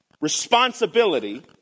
responsibility